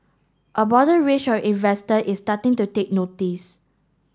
a broader range of investor is starting to take notice